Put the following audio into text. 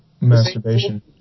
masturbation